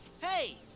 Hey